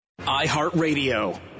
iHeartRadio